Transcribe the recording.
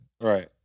Right